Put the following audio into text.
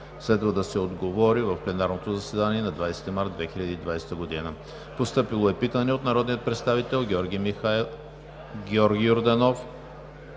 Следва да се отговори в пленарното заседание на 20 март 2020 г. Постъпило е питане от народните представители Георги Йорданов,